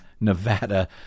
Nevada